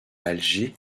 alger